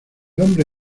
hombre